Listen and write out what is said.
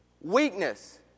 Weakness